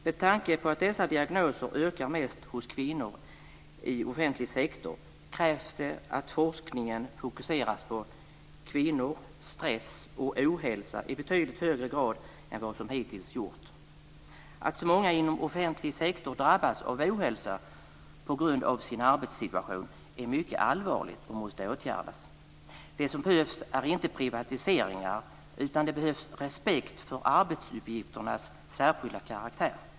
Med tanke på att dessa diagnoser ökar mest hos kvinnor i offentlig sektor krävs det att forskningen fokuseras på kvinnor, stress och ohälsa i betydligt högre grad än vad som hittills gjorts. Att så många inom offentlig sektor drabbas av ohälsa på grund av sin arbetssituation är mycket allvarligt och måste åtgärdas. Det som behövs är inte privatiseringar utan respekt för arbetsuppgifternas särskilda karaktär.